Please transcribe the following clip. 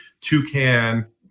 Toucan